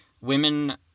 Women